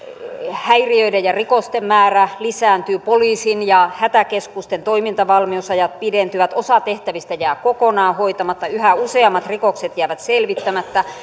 häiriöiden ja rikosten määrä lisääntyy poliisin ja hätäkeskusten toimintavalmiusajat pidentyvät osa tehtävistä jää kokonaan hoitamatta yhä useammat rikokset jäävät selvittämättä